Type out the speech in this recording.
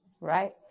right